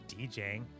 DJing